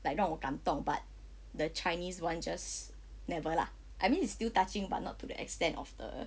like 让我感动 but the chinese [one] just never lah I mean it's still touching but not to the extent of the